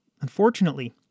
unfortunately